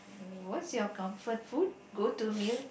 what's your comfort food go to meal